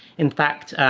in fact,